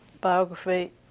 biography